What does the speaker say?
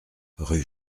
rue